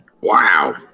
Wow